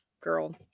girl